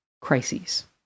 crises